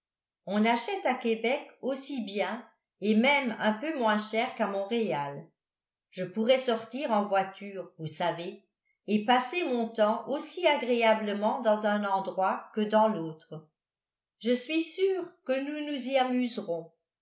on achète à québec aussi bien et même un peu moins cher qu'à montréal je pourrai sortir en voiture vous savez et passer mon temps aussi agréablement dans un endroit que dans l'autre je suis sûre que nous nous y amuserons